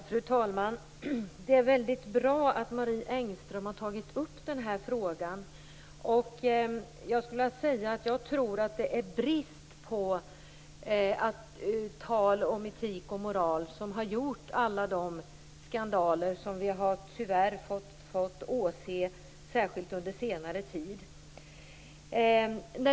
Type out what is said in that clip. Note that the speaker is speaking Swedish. Fru talman! Det är väldigt bra att Marie Engström har tagit upp den här frågan. Jag tror att det är bristen på tal om etik och moral som gjort att vi fått alla de skandaler som vi, tyvärr, har fått åse, särskilt under senare tid.